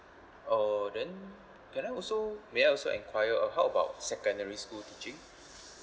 uh then can I also may I also enquire uh how about secondary school teaching